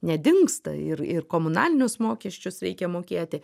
nedingsta ir ir komunalinius mokesčius reikia mokėti